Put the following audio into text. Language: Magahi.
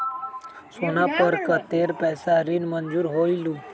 सोना पर कतेक पैसा ऋण मंजूर होलहु?